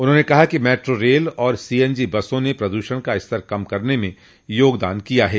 उन्होंने कहा कि मेट्रो रेल और सीएनजी बसों ने प्रदूषण का स्तर कम करने में योगदान दिया है